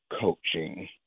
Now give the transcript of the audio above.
coaching